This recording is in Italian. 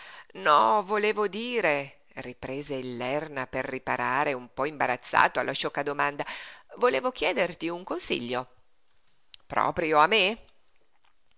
no volevo dire riprese il lerna per riparare un po imbarazzato alla sciocca domanda volevo chiederti un consiglio proprio a me